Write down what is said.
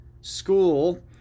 school